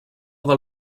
del